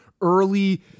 early